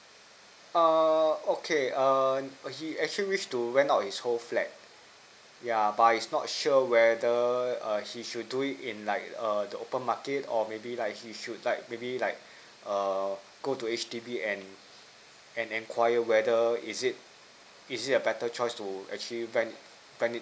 uh okay uh he actually wish to rent out his whole flat yeah but he's not sure whether err he should do it in like err the open market or maybe like he should like maybe like err go to H_D_B and and enquire whether is it is it a better choice to actually rent rent it